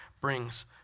brings